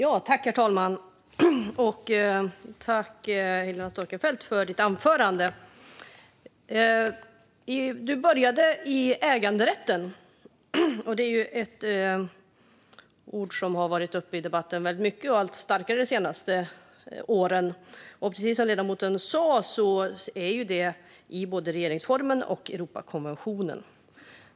Herr talman! Tack, Helena Storckenfeldt, för anförandet! Ledamoten började i äganderätten. Det är ett ord som har varit uppe i debatten väldigt mycket och allt starkare de senaste åren. Precis som ledamoten sa skyddas den i både regeringsformen och Europakonventionen.